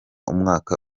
umwaka